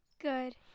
Good